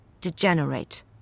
degenerate